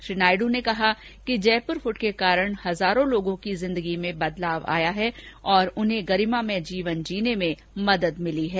श्री नायडू ने कहा कि जयपुर फुट के कारण हजारों लोगों की जिंदगी में बदलाव आया है और उन्हें गरिमामय जीवन जीने में मदद मिली है